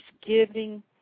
giving